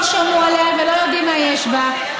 לא שמעו עליה ולא יודעים מה יש בה.